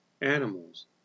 animals